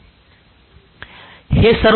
विद्यार्थीः 4120